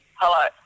Hello